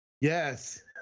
Yes